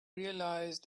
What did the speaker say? realized